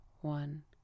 One